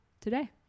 today